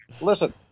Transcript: Listen